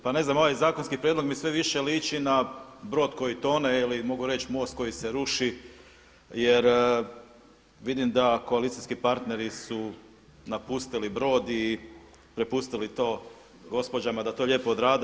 Pa ne znam ovaj zakonski prijedlog mi sve više liči na brod koji tone ili mogu reći most koji se ruši, jer vidim da koalicijski partneri su napustili brod i prepustili to gospođama da to lijepo odrade.